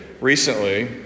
recently